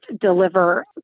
deliver